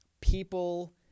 people